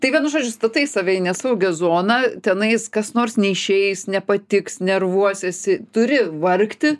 tai vienu žodžiu statai save į nesaugią zoną tenais kas nors neišeis nepatiks nervuosiesi turi vargti